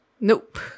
Nope